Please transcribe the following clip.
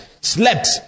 slept